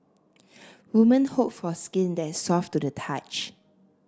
women hope for skin that is soft to the touch